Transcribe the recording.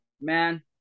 man